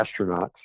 astronauts